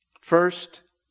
First